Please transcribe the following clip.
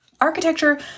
Architecture